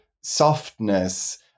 softness